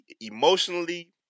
emotionally